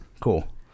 Cool